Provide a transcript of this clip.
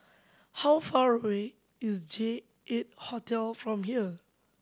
how far away is J Eight Hotel from here